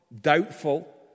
doubtful